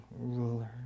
ruler